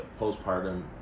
postpartum